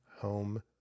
home